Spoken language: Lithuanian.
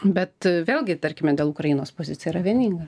bet vėlgi tarkime dėl ukrainos pozicija yra vieninga